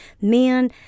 Man